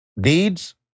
deeds